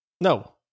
No